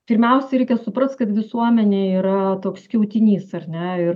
pirmiausia reikia suprast kad visuomenė yra toks skiautinys ar ne ir